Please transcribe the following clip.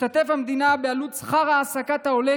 תשתתף המדינה בעלות שכר העסקת העולה